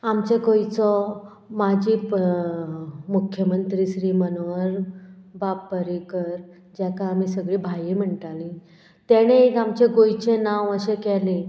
आमच्या गोंयचो म्हाजी मुख्यमंत्री श्री मनोहर बाब परिकर जाका आमी सगळी भाई म्हणटाली तेणें एक आमचें गोंयचें नांव अशें केलें